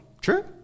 true